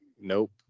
nope